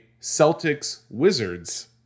Celtics-Wizards